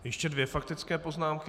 Ještě dvě faktické poznámky.